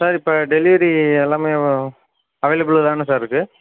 sir இப்போ delivery எல்லாமே அவைலப்பிளில் தானே சார் இருக்கு